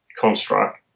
construct